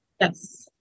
Yes